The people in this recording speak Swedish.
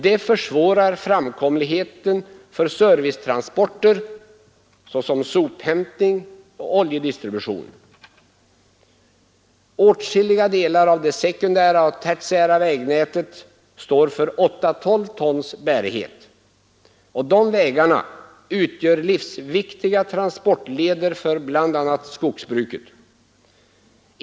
Det försvårar framkomligheten för servicetransporter, såsom sophämtning och oljedistribution. Åtskilliga delar av det sekundära och tertiära vägnätet står för 8/12 tons bärighet. Dessa vägar utgör livsviktiga transportleder för bl.a. skogsbruket.